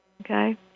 Okay